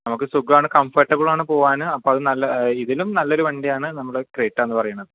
നമുക്ക് സുഖമാണ് കംഫര്ട്ടബിള് ആണ് പോകാന് അപ്പോൾ അത് നല്ല അതിനിപ്പോൾ ഇതിനും നല്ല ഒരു വണ്ടിയാണ് നമ്മുടെ ക്രെറ്റയെന്ന് പറയുന്നത്